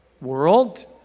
world